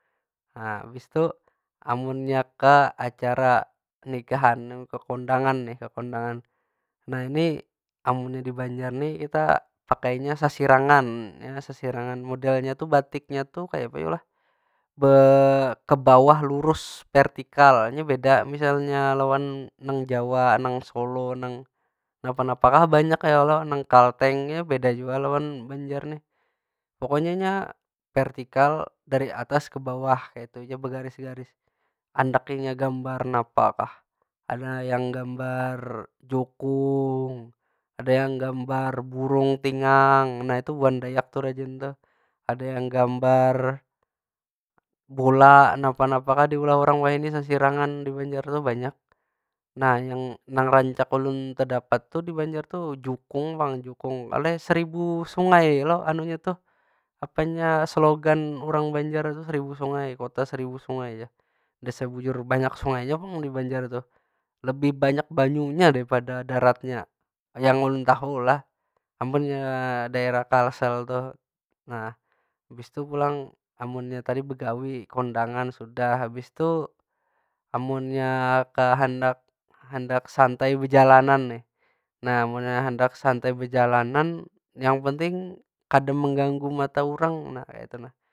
Nah, abis tu amunnya ke acara nikahan nang ke kondangan nih, ke kondangan. Nah ini, amunnya di banjar ni kita pakainya sasirangan, nya sasirangan. Modelnya tu batiknya tu kaya apa yo lah? ke bawah lurus vertikal, nya beda misalnya lawan nang jawa, nang solo, nang napa- napa kah banyak ya kalo. nang kalteng nya beda jua lawan banjar nih. Pokonya inya vertikal dari atas ke bawah, kaytu ja begaris- garis. Andak inya gambar napa kah? Ada yang gambar jukung, ada yang gambar burung tingang, nah itu buhan dayak tu rajin tuh. Ada yang gambar bola, napa- napa kah diulah urang wahini sasirangan di banjar tu, banyak. Nah yang, nang rancak ulun tedapat tu di banjar tu, jukung pang, jukung. Oleh seribu sungai lo. anunya tuh, apanya? Selogan urang banjar tu, seribu sungai. Kota seribu sungai, jar. Dasar bujur banyak sungainya pang di banjar tuh. Lebih banyak banyunya daripada daratnya. Yang ulun tahu lah, amunnya daerah kalsel tuh. Nah, habis tu pulang amunnya tadi tu begawi, kondangan sudah. Habis tu amunnya ke handak- handak santai bejalanan nih, nah munnya handak santai bejalanan yang penting kada mengganggu mata urang tu nah, kaytu nah.